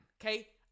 Okay